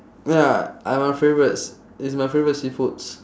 ya uh my favourites it's my favourite seafoods